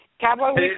Cowboy